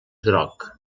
groc